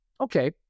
okay